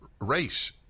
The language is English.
race